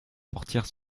portière